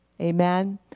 Amen